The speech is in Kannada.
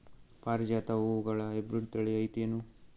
ಪಾರಿಜಾತ ಹೂವುಗಳ ಹೈಬ್ರಿಡ್ ಥಳಿ ಐತೇನು?